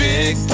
Big